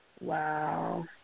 Wow